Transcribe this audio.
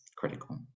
critical